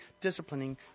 disciplining